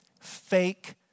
fake